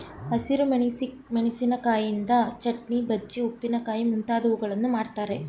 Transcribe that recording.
ಹಸಿರು ಮೆಣಸಿಕಾಯಿಯಿಂದ ಚಟ್ನಿ, ಬಜ್ಜಿ, ಉಪ್ಪಿನಕಾಯಿ ಮುಂತಾದವುಗಳನ್ನು ಮಾಡ್ತರೆ